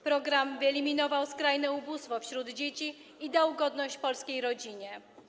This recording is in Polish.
Program ten wyeliminował skrajne ubóstwo wśród dzieci i dał godność polskiej rodzinie.